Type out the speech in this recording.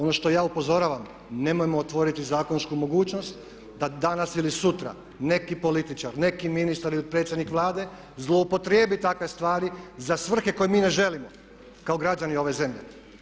Ono što ja upozoravam nemojmo otvoriti zakonsku mogućnost da danas ili sutra neki političar, neki ministar ili predsjednik Vlade zloupotrijebi takve stvari za svrhe koje mi ne želimo kao građani ove zemlje.